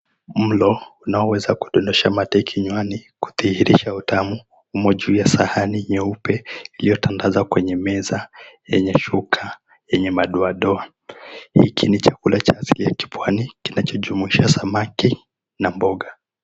Mlo unaoweza kudondosha mate kinywani kudhihirisha utamu umo juu ya sahani nyeupe iliyotandazwa kwenye meza yenye shuka yenye madoadoa. Hiki ni chakula cha asili ya kipwani kinachojumulisha samaki na mboga.